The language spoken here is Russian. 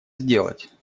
сделать